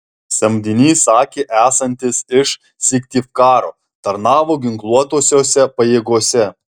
samdinys sakė esantis iš syktyvkaro tarnavo ginkluotosiose pajėgose